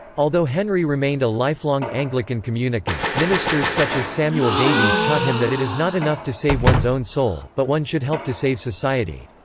although henry remained a lifelong anglican communicant, ministers such as samuel davies taught him that it is not enough to save one's own soul, but one should help to save society.